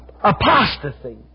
apostasy